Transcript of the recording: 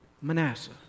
Manasseh